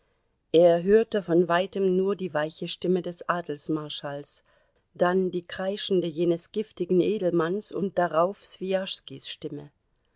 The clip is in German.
er hörte von weitem nur die weiche stimme des adelsmarschalls dann die kreischende jenes giftigen edelmanns und darauf swijaschskis stimme